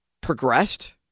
progressed